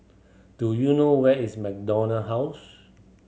do you know where is MacDonald House